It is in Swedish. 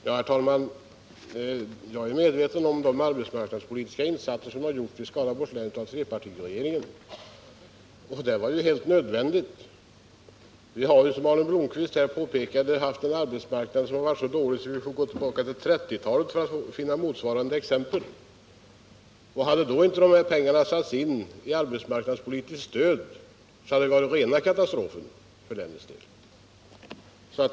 Herr talman! Jag är medveten om de arbetsmarknadspolitiska insatser som har gjorts av trepartiregeringen i Skaraborgs län. De var helt nödvändiga. Man har, som Arne Blomkvist påpekade, haft en arbetsmarknad som varit så dålig att vi får gå tillbaka till 1930-talet för att finna motsvarigheter. Hade då inte de här pengarna satts in i arbetsmarknadspolitiskt stöd hade det varit rena katastrofen för länets del.